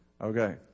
Okay